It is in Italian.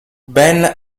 ben